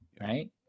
right